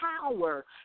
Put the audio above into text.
power